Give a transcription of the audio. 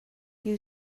you